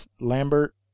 Lambert